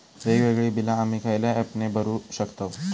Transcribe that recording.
वेगवेगळी बिला आम्ही खयल्या ऍपने भरू शकताव?